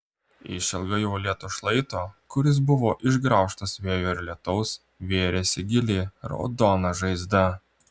išilgai uolėto šlaito kuris buvo išgraužtas vėjo ir lietaus vėrėsi gili raudona žaizda